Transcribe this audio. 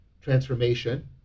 transformation